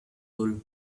hole